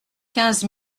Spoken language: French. quinze